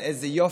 איזה יופי,